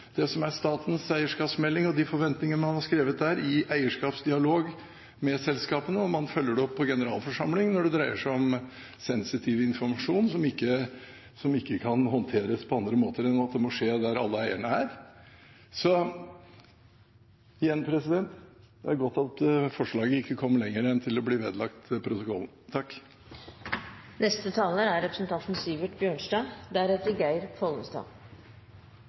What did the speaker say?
man følger opp statens eierskapsmelding og de forventningene man har skrevet der, i eierskapsdialog med selskapene, og man følger det opp på generalforsamling når det dreier seg om sensitiv informasjon som ikke kan håndteres på andre måter enn at det må skje der alle eierne er. Så igjen: Det er godt at forslaget ikke kom lenger enn til å bli vedlagt protokollen. Staten er